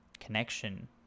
connection